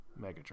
Megatron